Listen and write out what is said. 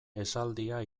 esaldia